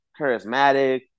charismatic